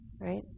right